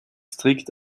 strikt